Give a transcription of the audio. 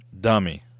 dummy